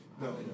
No